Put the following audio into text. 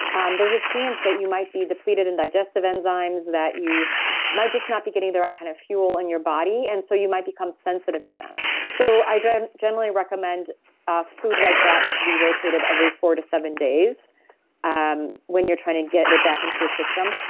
um there's a chance that you might be depleted in digestive enzymes, that you might just not be getting the right kind of fuel in your body. and so you might become sensitive to them so i generally recommend ah food like that to be rotated every four to seven days um when you're trying to get it it back into your system.